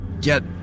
get